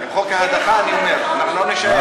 עם חוק ההדחה, אני אומר, לא נישאר.